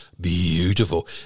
beautiful